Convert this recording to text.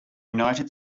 united